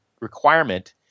requirement